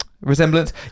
resemblance